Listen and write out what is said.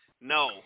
No